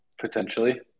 potentially